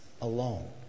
alone